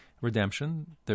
redemption